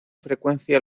frecuencia